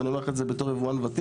ואני אומר לך את זה בתור יבואן וותיק,